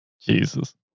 Jesus